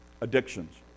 Addictions